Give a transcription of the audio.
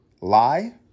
lie